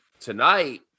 tonight